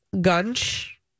Gunch